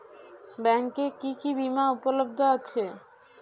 ব্যাংকে কি কি বিমা উপলব্ধ আছে?